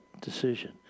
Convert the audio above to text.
decision